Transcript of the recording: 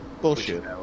Bullshit